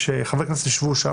שחברי כנסת ישבו שם.